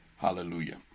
Hallelujah